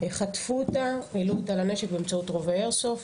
חטפו אותה,